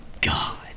God